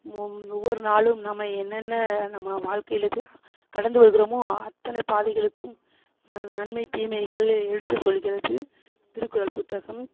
mom ஒவ்வொரு நாளும் நம்மை என்னென்ன நம்ம வாழ்க்கைல எது ஆ கடந்து வருகிறோமோ அத்தனைப் பாதைகளுக்கும் ந நன்மை தீமைகளை எடுத்துச் சொல்லுகிறது திருக்குறள் புத்தகம்